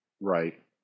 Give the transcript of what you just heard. Right